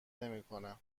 نمیکنه